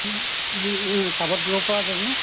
টাবত দিব পৰা যাব